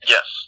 Yes